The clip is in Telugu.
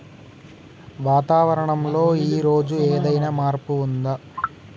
వాతావరణం లో ఈ రోజు ఏదైనా మార్పు ఉందా?